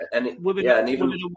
women